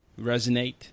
resonate